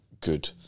good